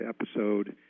episode